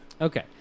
Okay